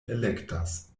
elektas